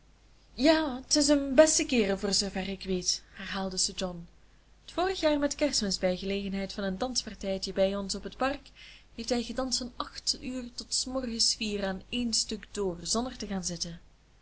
ja t is een beste kerel voor zoover ik weet herhaalde sir john t vorig jaar met kerstmis bij gelegenheid van een danspartijtje bij ons op het park heeft hij gedanst van acht uur tot s morgens vier aan één stuk door zonder te gaan zitten